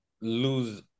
lose